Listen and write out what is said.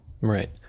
right